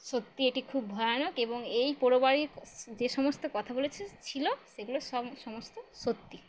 সত্যি এটি খুব ভয়ানক এবং এই পোড়ো বাড়ি যে সমস্ত কথা বলেছে ছিল সেগুলো সমস্ত সত্যি